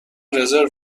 رزرو